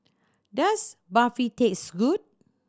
does Barfi taste good